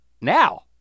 now